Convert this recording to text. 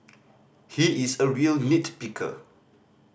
he is a real nit picker